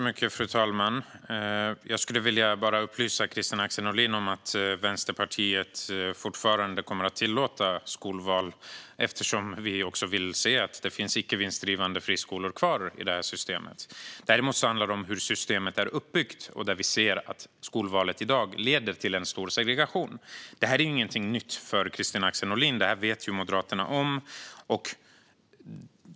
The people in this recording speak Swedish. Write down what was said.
Fru talman! Jag skulle bara vilja upplysa Kristina Axén Olin om att Vänsterpartiet fortfarande kommer att tillåta skolval, eftersom vi vill se att det finns icke vinstdrivande friskolor kvar i systemet. Däremot handlar det om hur systemet är uppbyggt. Vi ser att skolvalet i dag leder till en stor segregation. Det här är ingenting nytt för Kristina Axén Olin; det här vet Moderaterna om.